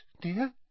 dear